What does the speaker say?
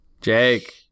Jake